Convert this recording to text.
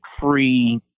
free